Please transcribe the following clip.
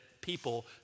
people